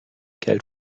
geld